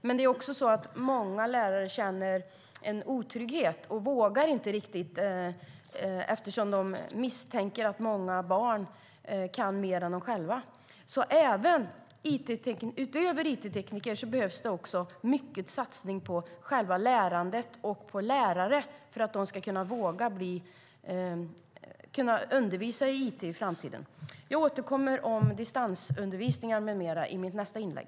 Men många lärare känner en otrygghet och vågar inte riktigt eftersom de misstänker att många barn kan mer än vad de själva kan. Utöver it-tekniker behövs det mycket satsning på själva lärandet och på lärare för att de ska kunna undervisa i it i framtiden. Jag återkommer om distansundervisning med mera i mitt nästa inlägg.